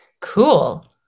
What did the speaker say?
cool